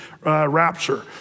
rapture